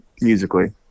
musically